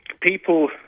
people